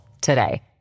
today